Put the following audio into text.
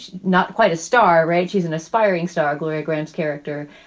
not quite a star, right. she's an aspiring star, gloria grammes character,